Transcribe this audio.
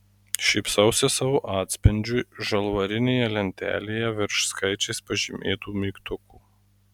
šypsausi savo atspindžiui žalvarinėje lentelėje virš skaičiais pažymėtų mygtukų